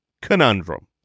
conundrum